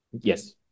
Yes